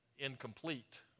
Incomplete